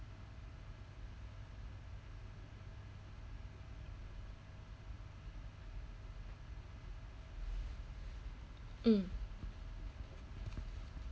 mm